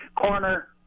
Corner